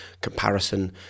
comparison